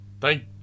Thank